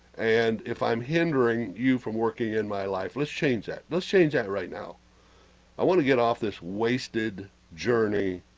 and if i'm hindering you from working in my, life, let's change that let's change that right now i want to get off this wasted journey